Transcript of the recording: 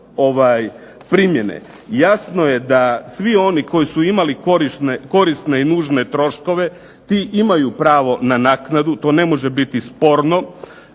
primjene. Jasno je da svi oni koji su imali korisne i nužne troškove ti imaju pravo na naknadu, to ne može biti sporno.